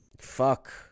Fuck